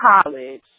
college